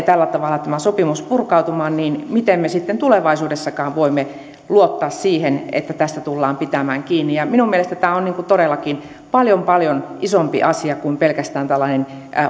tällä tavalla purkautumaan niin miten me sitten tulevaisuudessakaan voimme luottaa siihen että tästä tullaan pitämään kiinni minun mielestäni tämä on todellakin paljon paljon isompi asia kuin pelkästään tällainen